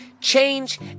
change